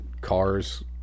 cars